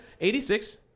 86